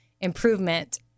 improvement